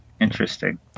interesting